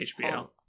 HBO